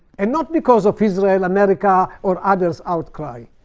and not because of israel, america, or others' outcry.